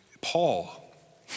Paul